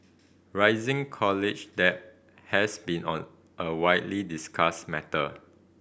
rising college debt has been on a widely discussed matter